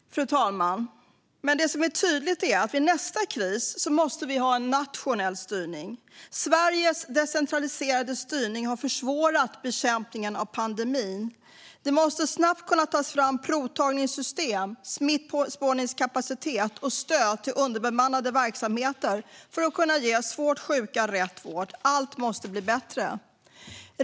Fru talman! Det som är tydligt är att vi vid nästa kris måste ha en nationell styrning. Sveriges decentraliserade styrning har försvårat bekämpningen av pandemin. Det måste snabbt kunna tas fram provtagningssystem, smittspårningskapacitet och stöd till underbemannade verksamheter för att kunna ge svårt sjuka rätt vård. Allt måste bli bättre.